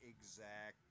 exact